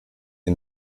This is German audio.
der